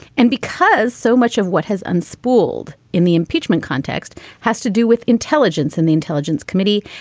and because so much of what has unschooled in the impeachment context has to do with intelligence and the intelligence committee.